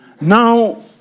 Now